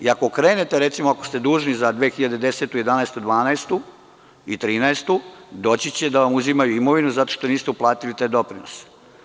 Ako krenete, ako ste dužni za 2010, 2011, 2012. i 2013. godinu, doći će da vam uzimaju imovinu zato što niste uplatili te doprinose.